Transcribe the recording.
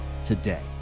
today